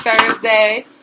Thursday